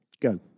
go